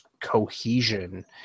Cohesion